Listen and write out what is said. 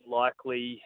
likely